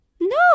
no